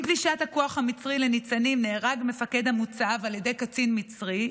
עם פלישת הכוח המצרי לניצנים נהרג מפקד המוצב על ידי קצין מצרי,